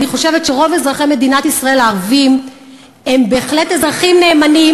אני חושבת שרוב אזרחי מדינת ישראל הערבים הם בהחלט אזרחים נאמנים.